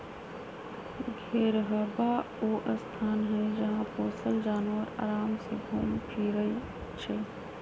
घेरहबा ऊ स्थान हई जहा पोशल जानवर अराम से घुम फिरइ छइ